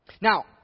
Now